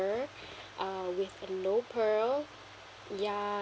uh with aloe pearl ya